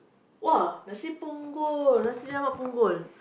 !wah! Nasi Punggol nasi-lemak Punggol